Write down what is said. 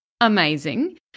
amazing